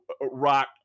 rock